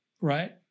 right